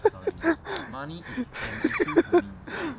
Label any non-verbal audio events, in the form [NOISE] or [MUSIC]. [LAUGHS]